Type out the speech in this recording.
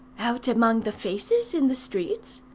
out amongst the faces in the streets.